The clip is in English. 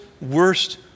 worst